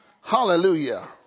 Hallelujah